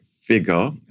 figure